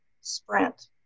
sprint